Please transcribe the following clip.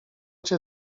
cię